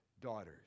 daughters